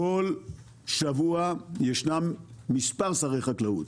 כל שבוע ישנם מספר שרי חקלאות